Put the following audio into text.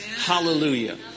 Hallelujah